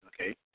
Okay